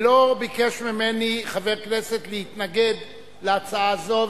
ולא ביקש ממני חבר כנסת להתנגד להצעה זו,